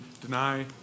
deny